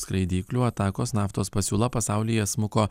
skraidyklių atakos naftos pasiūla pasaulyje smuko